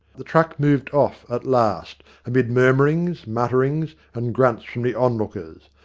the truck moved off at last, amid murmur ings, mutterings, and grunts from the onlookers.